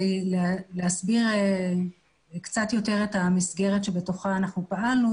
להסביר קצת יותר את המסגרת בתוכה אנחנו פעלנו,